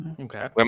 Okay